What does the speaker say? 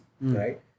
right